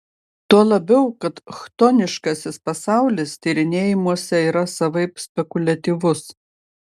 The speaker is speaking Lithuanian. tuo labiau kad chtoniškasis pasaulis tyrinėjimuose yra savaip spekuliatyvus